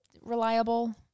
reliable